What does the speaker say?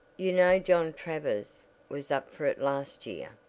you know john travers was up for it last year.